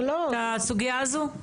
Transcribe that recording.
את הסוגייה הזאת?